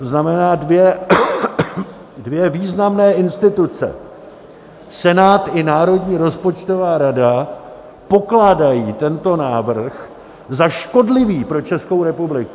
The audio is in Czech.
To znamená, dvě významné instituce, Senát i Národní rozpočtová rada, pokládají tento návrh za škodlivý pro Českou republiku.